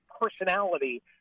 personality